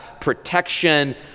protection